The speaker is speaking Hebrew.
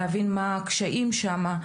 להבין מה הם הקשיים שם,